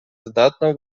здатна